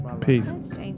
Peace